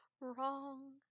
wrong